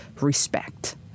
respect